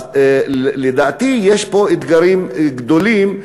לדעתי יש פה אתגרים גדולים,